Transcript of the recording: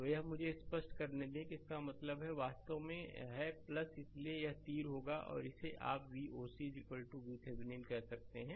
तो मुझे यह स्पष्ट करने दें कि इसका मतलब है यह वास्तव में है इसलिए यह तीर होगा और इसे आप Voc VThevenin कहते हैं